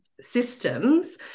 systems